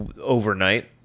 overnight